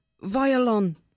violon